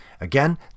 Again